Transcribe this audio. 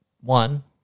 one